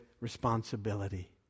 responsibility